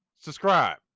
subscribe